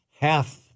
half